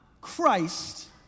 Christ